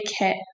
kit